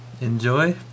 enjoy